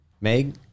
Meg